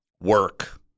work